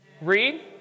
Read